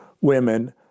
women